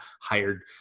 hired